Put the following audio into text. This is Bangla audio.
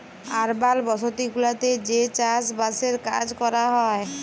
আরবাল বসতি গুলাতে যে চাস বাসের কাজ ক্যরা হ্যয়